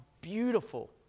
beautiful